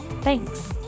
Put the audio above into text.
Thanks